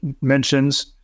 mentions